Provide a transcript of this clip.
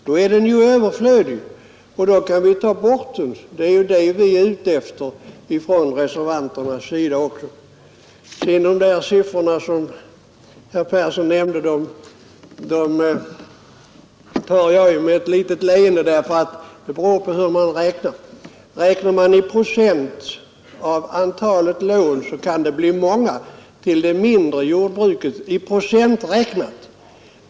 Då är den ju överflödig och kan tas bort — det är det reservanterna är ute efter. De siffror herr Persson nämnde tar jag med ett litet leende. Det beror nämligen på hur man räknar. Räknar man i procent av antalet lån, kan det bli många lån till det mindre jordbruket.